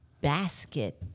basket